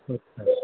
अच्छा